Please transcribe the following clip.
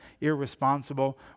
irresponsible